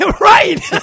Right